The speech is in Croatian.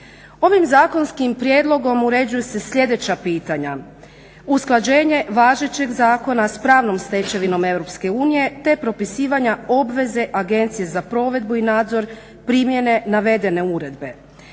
Ovim zakonskim prijedlogom uređuju se sljedeća pitanja: usklađenje važećeg zakona s pravnom stečevinom EU te propisivanja obveze Agencije za provedbu i nadzor primjene navedene uredbe.